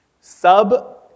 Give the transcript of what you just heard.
Sub